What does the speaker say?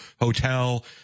hotel